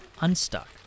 unstuck